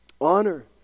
Honor